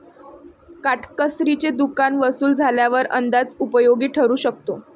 काटकसरीचे दुकान वसूल झाल्यावर अंदाज उपयोगी ठरू शकतो